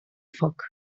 foc